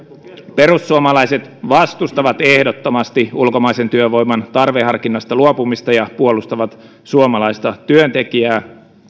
perussuomalaiset vastustavat ehdottomasti ulkomaisen työvoiman tarveharkinnasta luopumista ja puolustavat suomalaista työntekijää